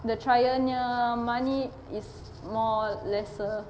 the trial nya money is more lesser